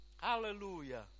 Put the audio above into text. Hallelujah